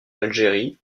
algérie